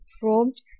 probed